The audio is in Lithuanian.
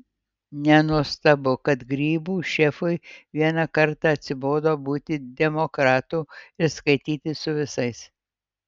nenuostabu kad grybų šefui vieną kartą atsibodo būti demokratu ir skaitytis su visais